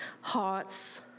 hearts